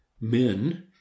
men